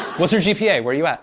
what's your gpa, where you at?